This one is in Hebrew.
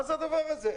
מה זה הדבר הזה?